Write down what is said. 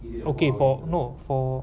okay four no four